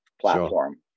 platform